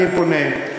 אני פונה: